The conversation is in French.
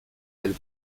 elle